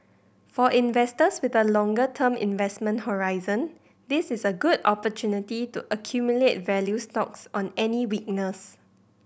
for investors with a longer term investment horizon this is a good opportunity to accumulate value stocks on any weakness